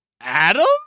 Adam